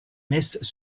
messes